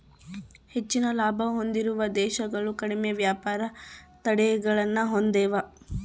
ಹೆಚ್ಚಿನ ಲಾಭ ಹೊಂದಿರುವ ದೇಶಗಳು ಕಡಿಮೆ ವ್ಯಾಪಾರ ತಡೆಗಳನ್ನ ಹೊಂದೆವ